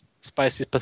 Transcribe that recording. Spicy